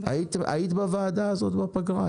היית בוועדה שהתקיימה בזמן הפגרה?